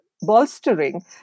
bolstering